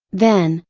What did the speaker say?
then,